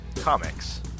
Comics